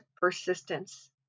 persistence